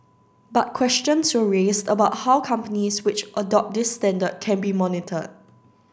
but questions were raised about how companies which adopt this standard can be monitored